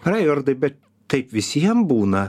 raigardai bet taip visiem būna